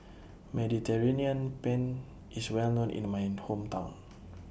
Mediterranean Penne IS Well known in My Hometown